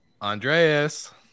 Andreas